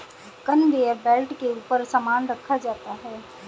conveyor belt के ऊपर सामान रखा जाता है